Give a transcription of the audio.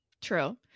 True